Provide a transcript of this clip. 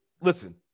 Listen